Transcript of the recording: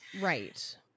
Right